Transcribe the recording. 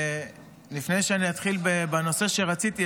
לפני שאתחיל בנושא שרציתי,